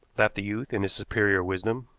laughed the youth, in his superior wisdom.